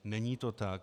Není to tak.